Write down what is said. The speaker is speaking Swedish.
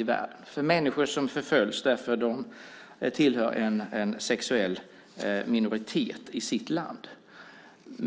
i världen och för människor som förföljs därför att de tillhör en sexuell minoritet i sitt land.